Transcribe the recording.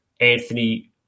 Anthony